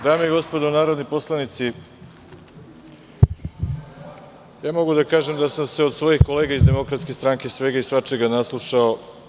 Dame i gospodo narodni poslanici, mogu da kažem da sam se od svojih kolega iz DS svega i svačega naslušao.